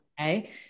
Okay